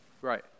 Right